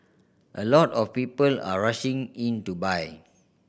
a lot of people are rushing in to buy